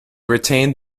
retained